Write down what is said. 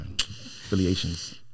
affiliations